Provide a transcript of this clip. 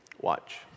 Watch